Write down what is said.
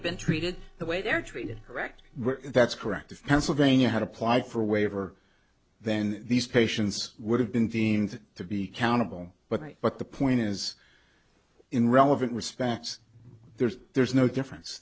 have been treated the way they're treated correct that's correct if pennsylvania had applied for a waiver then these patients would have been deemed to be accountable but i but the point is in relevant respects there's there's no difference